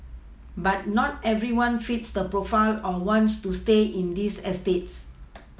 but not everyone fits the profile or wants to stay in these eStates